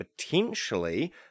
potentially